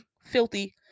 filthy